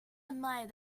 admired